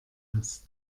hast